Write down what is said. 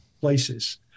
places